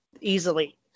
easily